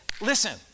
listen